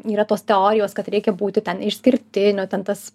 yra tos teorijos kad reikia būti ten išskirtiniu ten tas